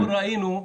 כן.